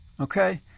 okay